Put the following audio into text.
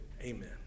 Amen